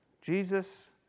Jesus